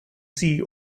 sea